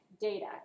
data